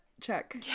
check